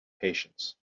patience